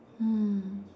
mm